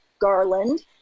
Garland